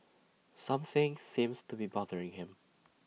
something seems to be bothering him